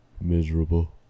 miserable